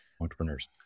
entrepreneurs